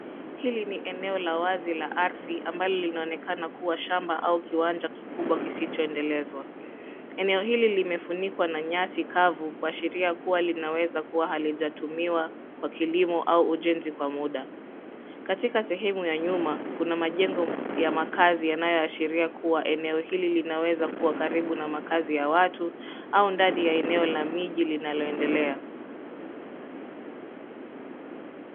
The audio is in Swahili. Hili ni eneo la wazi la ardhi ambalo linaonekana kua shamba au kiwanja kikubwa kisicho endelezwa. Eneo hili limefunikwa na nyasi kavu kuashiria kua linaweza kua halijatumiwa kwa kilimo au ujenzi kwa muda. Katika sehemu ya nyuma kuna majengo ya makazi yanayo ashiria kua eneo hili linaweza kua karibu na makazi ya watu, au ndani ya eneo ya miji linaloendelea.